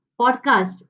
podcast